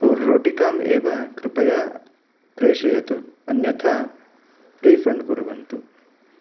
रोटिकाम् एव कृपया प्रेषयतु अन्यथा रीफण्ड् कुर्वन्तु